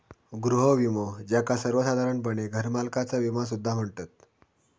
गृह विमो, ज्याका सर्वोसाधारणपणे घरमालकाचा विमो सुद्धा म्हणतत